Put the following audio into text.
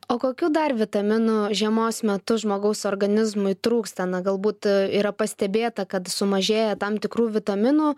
o kokių dar vitaminų žiemos metu žmogaus organizmui trūksta na galbūt yra pastebėta kad sumažėja tam tikrų vitaminų